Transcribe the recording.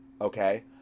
okay